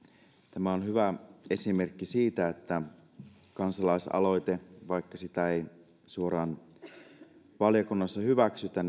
tämä on hyvä esimerkki siitä että kansalaisaloite vaikka sitä ei suoraan valiokunnassa hyväksytä